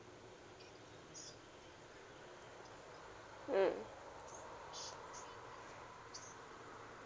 mm